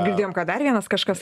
girdėjom kad dar vienas kažkas